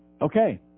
Okay